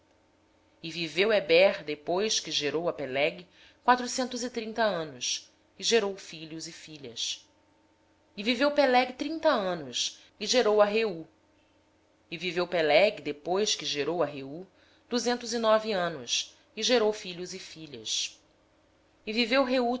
pelegue viveu eber depois que gerou a pelegue quatrocentos e trinta anos e gerou filhos e filhas pelegue viveu trinta anos e gerou a reú viveu pelegue depois que gerou a reú duzentos e nove anos e gerou filhos e filhas reú viveu